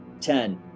Ten